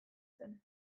zen